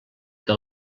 que